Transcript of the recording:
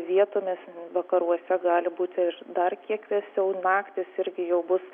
vietomis vakaruose gali būti ir dar kiek vėsiau naktys irgi jau bus